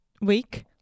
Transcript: week